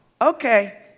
Okay